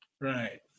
Right